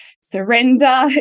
surrender